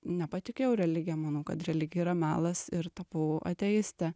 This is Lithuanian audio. nepatikėjau religija manau kad religija yra melas ir tapau ateiste